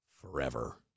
forever